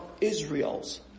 Israel's